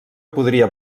podria